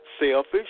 selfish